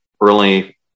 early